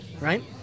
right